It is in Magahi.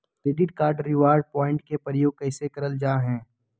क्रैडिट कार्ड रिवॉर्ड प्वाइंट के प्रयोग कैसे करल जा है?